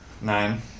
Nine